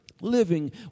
living